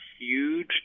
huge